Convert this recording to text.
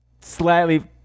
slightly